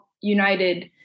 United